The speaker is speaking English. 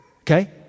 Okay